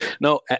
No